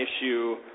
issue